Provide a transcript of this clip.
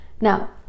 Now